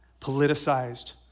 politicized